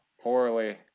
Poorly